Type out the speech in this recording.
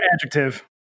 adjective